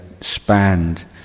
spanned